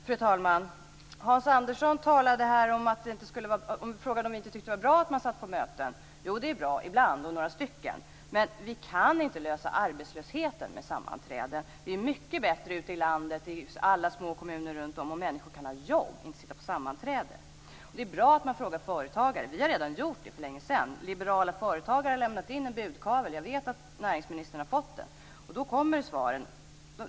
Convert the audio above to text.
Fru talman! Hans Andersson frågade om vi inte tyckte att det var bra att man satt på möten. Jo, det är bra ibland, med några stycken. Men vi kan inte lösa arbetslösheten med sammanträden. Det är mycket bättre - ute i landet, i alla små kommuner runt om - om människor har jobb och inte sitter på sammanträden. Det är bra att man frågar företagare. Vi har redan gjort det för länge sedan. Liberala företagare har lämnat in en budkavle. Jag vet att näringsministern har fått den. Och då kommer svaren.